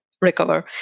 recover